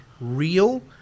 real